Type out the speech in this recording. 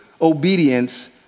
obedience